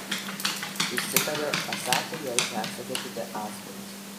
išsitarė esą tai jai persakę kiti asmenys